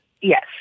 Yes